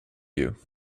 you